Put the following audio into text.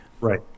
Right